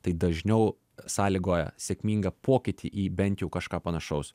tai dažniau sąlygoja sėkmingą pokytį į bent jau kažką panašaus